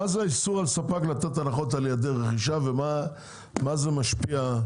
מה זה האיסור על ספק לתת הנחות על היעדר רכישה ומה זה משפיע?